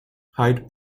hyde